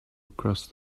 across